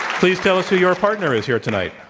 please tell us who your partner is here tonight.